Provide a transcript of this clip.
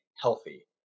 healthy